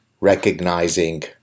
recognizing